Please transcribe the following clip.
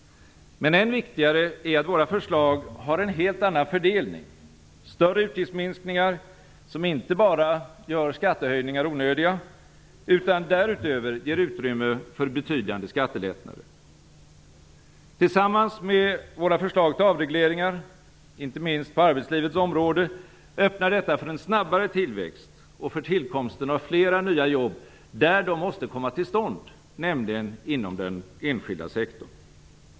Men än viktigare är att våra förslag har en helt annan fördelning: större utgiftsminskningar, som inte bara gör skattehöjningar onödiga utan därutöver ger utrymme för betydande skattelättnader. Tillsammans med våra förslag till avregleringar, inte minst inom arbetslivets område, öppnar detta för en snabbare tillväxt och för tillkomsten av flera nya jobb där de måste komma till stånd, nämligen inom den enskilda sektorn.